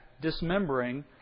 dismembering